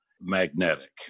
magnetic